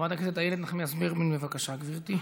חברת הכנסת איילת נחמיאס ורבין, בבקשה, גברתי.